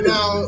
Now